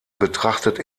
betrachtet